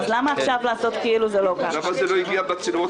אי-אפשר ככה להבין שום דבר